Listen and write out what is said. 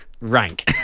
Rank